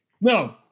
No